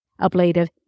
ablative